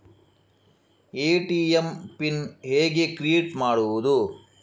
ATM PIN ಹೇಗೆ create ಮಾಡುವುದು?